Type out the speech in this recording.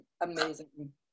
amazing